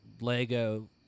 Lego